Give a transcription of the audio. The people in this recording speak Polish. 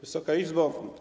Wysoka Izbo!